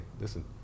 listen